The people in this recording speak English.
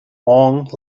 long